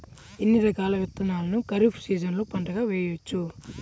ఎన్ని రకాల విత్తనాలను ఖరీఫ్ సీజన్లో పంటగా వేయచ్చు?